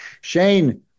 Shane